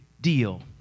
deal